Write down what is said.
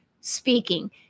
Speaking